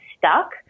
stuck